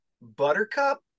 Buttercup